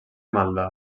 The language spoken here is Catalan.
maldà